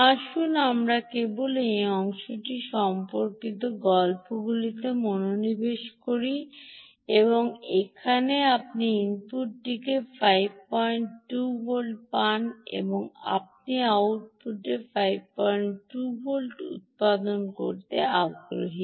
আসুন আমরা কেবল এই অংশটি সম্পর্কিত গল্পগুলিতে মনোনিবেশ করি যেখানে আপনি ইনপুটটিতে 52 ভোল্ট পান এবং আপনি আউটপুটে 5 ভোল্ট উত্পাদন করতে আগ্রহী